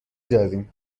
داریم